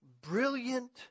brilliant